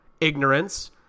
Ignorance